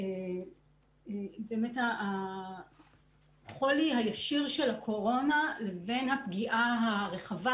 באמת החולי הישיר של הקורונה לבין הפגיעה הרחבה